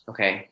Okay